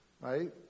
right